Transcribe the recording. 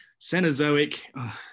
cenozoic